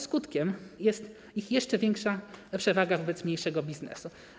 Skutkiem jest ich jeszcze większa przewaga wobec mniejszego biznesu.